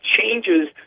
changes